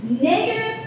Negative